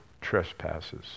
trespasses